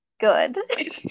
good